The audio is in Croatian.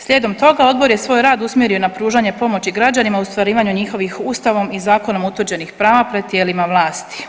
Slijedom toga odbor je svoj rad usmjerio na pružanje pomoći građana u ostvarivanju njihovih Ustavom i zakonom utvrđenih prava pred tijelima vlasti.